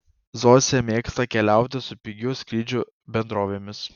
zosė mėgsta keliauti su pigių skrydžių bendrovėmis